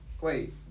Wait